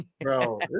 Bro